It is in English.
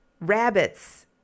Rabbits